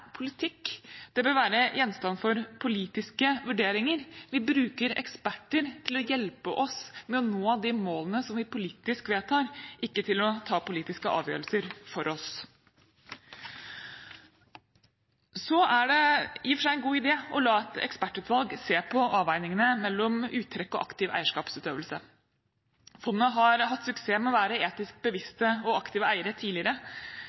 politikk. Dette bør være gjenstand for politiske vurderinger. Vi bruker eksperter til å hjelpe oss med å nå de målene som vi politisk vedtar, ikke til å ta politiske avgjørelser for oss. Så er det i og for seg en god idé å la et ekspertutvalg se på avveiningene mellom uttrekk og aktiv eierskapsutøvelse. Fondet har hatt suksess med å være etisk bevisste og aktive eiere tidligere.